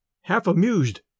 half-amused